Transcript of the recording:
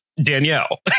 Danielle